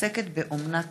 העוסקת באומנה טיפולית.